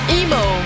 emo